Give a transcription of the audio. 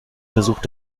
versucht